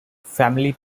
family